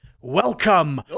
welcome